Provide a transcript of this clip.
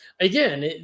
again